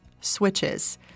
switches